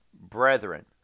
brethren